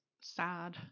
sad